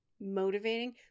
motivating